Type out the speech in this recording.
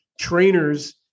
trainers